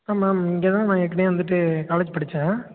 ஆ ma'am இங்க தான் நான் ஏற்கனவே வந்துவிட்டு காலேஜ் படிச்சேன்